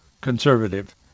conservative